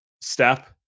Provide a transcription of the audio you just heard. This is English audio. step